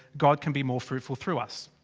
god can be more fruitful through us.